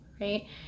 right